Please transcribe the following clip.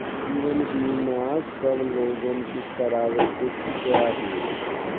जीवन बीमा सब लोगन के करावे के चाही